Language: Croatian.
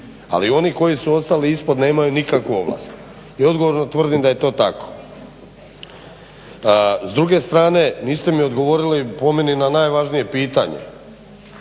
ali oni koji su ostali ispod nemaju nikakvu ovlast. I odgovorno tvrdim da je to tako. S druge strane niste mi odgovorili po meni na najvažnije pitanje,